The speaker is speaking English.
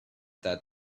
that